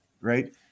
right